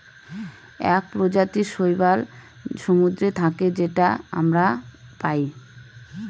এক প্রজাতির শৈবাল সমুদ্রে থাকে যেটা আমরা পায়